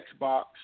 Xbox